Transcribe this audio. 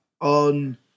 on